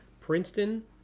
princeton